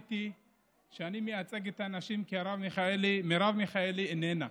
החלטתי שאני מייצג את הנשים, כי מרב מיכאלי איננה,